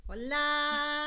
Hola